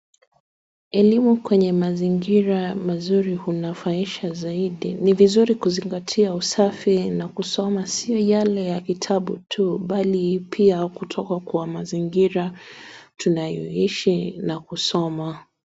Elimu kwenye mazingira mazuri hunafaisha zaidi, ni vizuri kuzingatia usafi na kusoma, si yale ya vitabu tu bali pia kutoka kwa mazingira tunayoishi na kusoma.